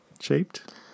shaped